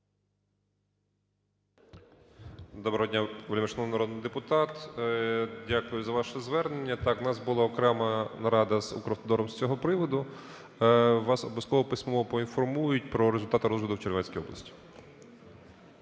Доброго дня, вельмишановний народний депутат! Дякую за ваше звернення. Так, в нас була окрема нарада з "Укравтодором" з цього проводу. Вас обов'язково письмово поінформують про результати розгляду в Чернівецькій області.